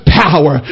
power